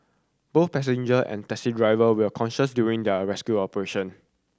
both passenger and taxi driver were conscious during the rescue operation